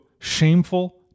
shameful